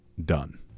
done